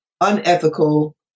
unethical